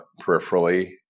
peripherally